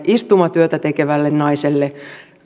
istumatyötä tekevälle naiselle